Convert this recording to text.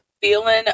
feeling